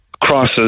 crosses